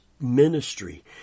ministry